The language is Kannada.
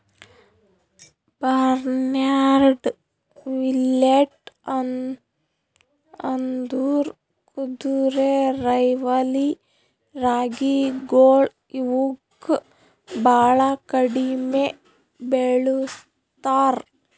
ಬಾರ್ನ್ಯಾರ್ಡ್ ಮಿಲ್ಲೇಟ್ ಅಂದುರ್ ಕುದುರೆರೈವಲಿ ರಾಗಿಗೊಳ್ ಇವುಕ್ ಭಾಳ ಕಡಿಮಿ ಬೆಳುಸ್ತಾರ್